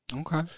Okay